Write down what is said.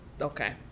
Okay